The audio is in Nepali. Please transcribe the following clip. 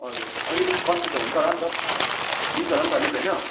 हजुर अलिक कम्ती त हुन्छ होला अन्त मिल्छ होला अन्त अलिक होइन